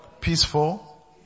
peaceful